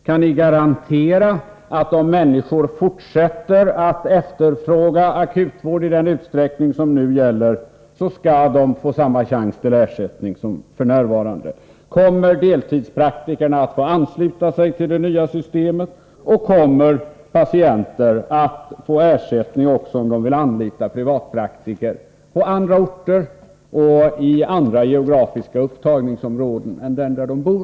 Kan ni garantera, att om människor fortsätter att efterfråga akutvård i samma utsträckning som nu, får de samma ersättning som f.n.? Kommer deltidspraktikerna att få ansluta sig till det nya systemet, och kommer patienter att få ersättning, även om de vill anlita privatpraktiker på andra orter och i andra geografiska upptagningsområden än där de bor?